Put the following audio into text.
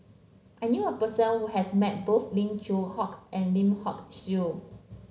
I knew a person who has met both Lim Yew Hock and Lim Hock Siew